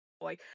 boy